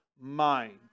mind